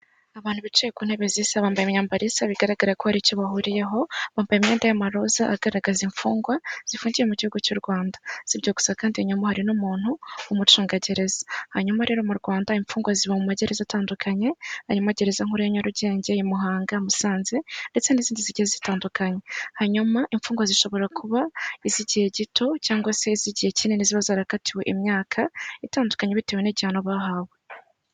Abantu bicaye ku ntebe zisa bambaye imyambaro isa bigaragara ko hari icyo bahuriyeho, bambaye imeynda y'amaroza agaragaza imfungwa zifungiyewe mu gihugu cy'u Rwanda, zibyo gusa kandi nyuma hari n'umuntu umucungagereza. Hanyuma rero mu Rwanda imfungwa ziba mu magereza atandukanye, harimo gereza nkuru ya Nyarugenge, i Muhanga i Musanze ndetse n'izindi zigiye zitandukanye. Hanyuma imfungwa zishobora kuba iz'igihe gito cyangwa se iz'igihe kinini ziba zarakatiwe imyaka itandukanye bitewe n'igihano bahawe.